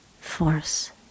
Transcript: force